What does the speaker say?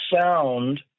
sound